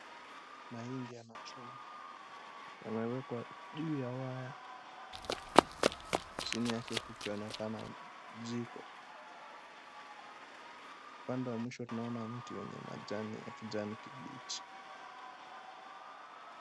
Mahindi yanachomwa yamewekwa juu ya waya, chini yake kukionekana jiko, upande wa mwisho tunaona mti wenye majani ya kijani kibichi.